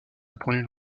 répandu